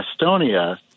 Estonia